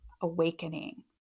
awakening